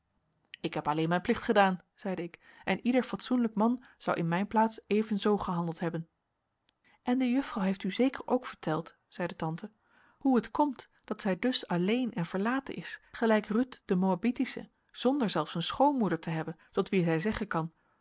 ik heb alleen mijn plicht gedaan zeide ik en ieder fatsoenlijk man zou in mijn plaats evenzoo gehandeld hebben en de juffrouw heeft u zeker ook verteld zeide tante hoe het komt dat zij dus alleen en verlaten is gelijk ruth de moabitische zonder zelfs een schoonmoeder te hebben tot wie zij zeggen kan